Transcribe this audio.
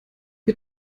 wir